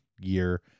year